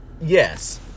Yes